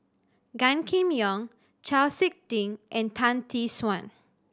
Gan Kim Yong Chau Sik Ting and Tan Tee Suan